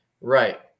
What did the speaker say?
Right